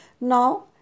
Now